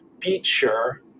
feature